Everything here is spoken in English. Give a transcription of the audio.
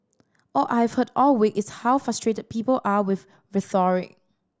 all I've heard all week is how frustrated people are with rhetoric